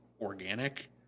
organic